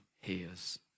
hears